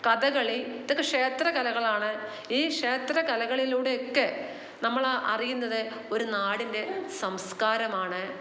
കഥകളി ഇതൊക്കെ ക്ഷേത്ര കലകളാണ് ഈ ക്ഷേത്ര കലകളിലൂടെ ഒക്കെ നമ്മൾ അറിയുന്നത് ഒരു നാടിന്റെ സംസ്ക്കാരമാണ്